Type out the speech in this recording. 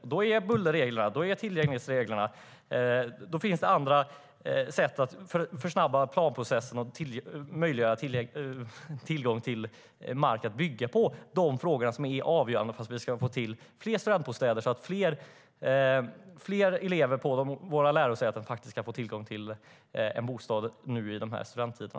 Förenkling av bullerreglerna och tillgänglighetsreglerna och andra sätt att snabba på planprocessen och möjliggöra tillgång till mark att bygga på är de frågor som är avgörande för att vi ska få till fler studentbostäder så att fler elever på våra lärosäten ska få tillgång till en bostad under studenttiden.